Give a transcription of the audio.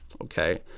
okay